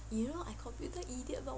you know I computer idiot lor